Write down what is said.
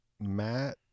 Matt